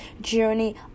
Journey